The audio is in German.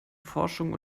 forschung